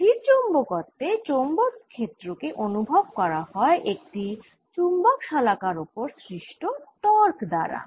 স্থিরচৌম্বকত্বে চৌম্বক ক্ষেত্র কে অনুভব করা হয় একটি চুম্বক শলাকার ওপর সৃষ্ট টর্ক দ্বারা